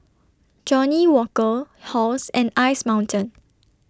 Johnnie Walker Halls and Ice Mountain